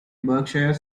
berkshire